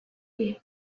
die